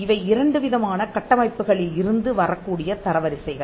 இவை இரண்டு விதமான கட்டமைப்புகளில் இருந்து வரக்கூடிய தர வரிசைகள்